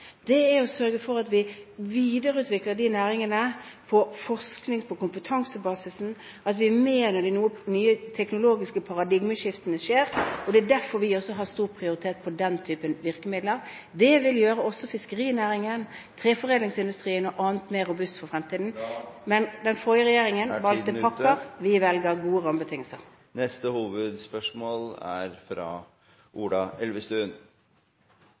er å sørge for at vi videreutvikler næringene innenfor forskning, kompetansebasisen, og at vi er med når de nye teknologiske paradigmeskiftene skjer. Det er derfor vi også har høy prioritet på den typen virkemidler. Det vil gjøre fiskerinæringen, treforedlingsindustrien og andre næringer mer robuste for fremtiden. Den forrige regjeringen valgte pakker, vi velger gode rammebetingelser. Vi går videre til neste hovedspørsmål.